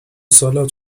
سالاد